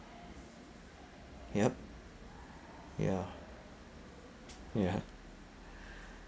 yup ya ya